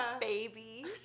baby